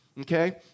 Okay